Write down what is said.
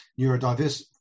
neurodiversity